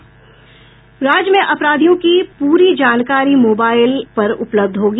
राज्य में अपराधियों की पूरी जानकारी मोबाईल पर उपलब्ध होगी